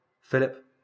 Philip